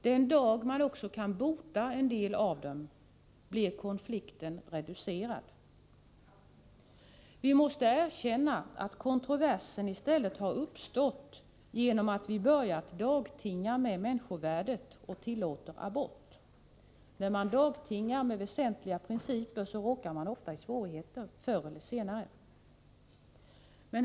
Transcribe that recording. Den dag man också kan åtgärda en del av dem blir konflikten reducerad. Vi måste erkänna att kontroversen i stället har uppstått genom att vi börjat dagtinga med människovärdet och tillåter abort. När man dagtingar med väsentliga principer råkar man ofta, förr eller senare, i svårigheter.